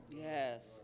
yes